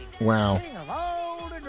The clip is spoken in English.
Wow